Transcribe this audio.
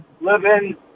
living